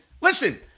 listen